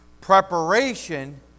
Preparation